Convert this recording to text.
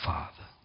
Father